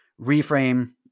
reframe